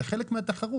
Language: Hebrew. זה חלק מהתחרות.